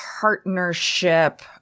partnership